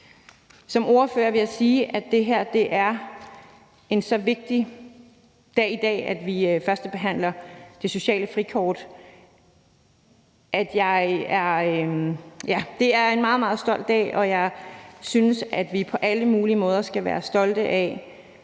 Som ordfører vil jeg sige, at det her er så vigtig en dag i dag, hvor vi førstebehandler forslaget om det sociale frikort. Det er en meget, meget stolt dag, og jeg synes, at vi på alle mulige måder skal være stolte af,